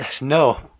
no